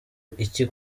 iki